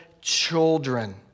children